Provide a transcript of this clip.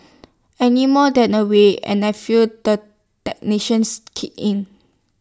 any more than A week and I feel the technicians kick in